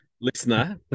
listener